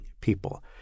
people